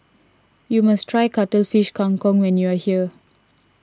you must try Cuttlefish Kang Kong when you are here